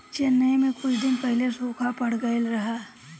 चेन्नई में कुछ दिन पहिले सूखा पड़ गइल रहल